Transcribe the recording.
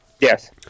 Yes